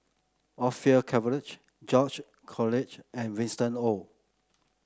Orfeur Cavenagh George Collyer and Winston Oh